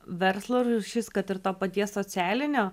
verslo rūšis kad ir to paties socialinio